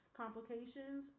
complications